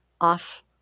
off